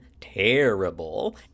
terrible